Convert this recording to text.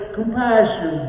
compassion